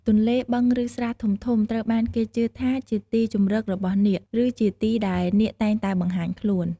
ទន្លេ បឹង ឬស្រះធំៗ ត្រូវបានគេជឿថាជាទីជម្រករបស់នាគ ឬជាទីដែលនាគតែងតែបង្ហាញខ្លួន។